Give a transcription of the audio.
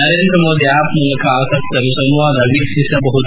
Narendra Modi app ಮೂಲಕ ಆಸಕರು ಸಂವಾದ ವೀಕ್ಷಿಸಬಹುದು